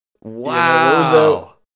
Wow